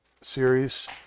series